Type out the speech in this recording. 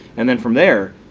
and then from there,